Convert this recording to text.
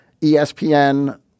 ESPN